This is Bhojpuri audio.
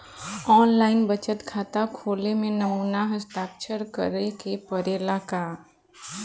आन लाइन बचत खाता खोले में नमूना हस्ताक्षर करेके पड़ेला का?